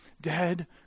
dead